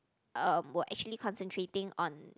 um were actually concentrating on